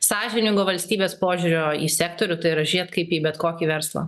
sąžiningo valstybės požiūrio į sektorių tai yra žėt kaip į bet kokį verslą